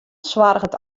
soarget